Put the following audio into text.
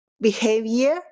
behavior